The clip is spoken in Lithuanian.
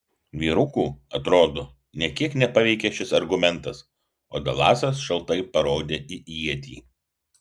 vyrukų atrodo nė kiek nepaveikė šis argumentas o dalasas šaltai parodė į ietį